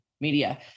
media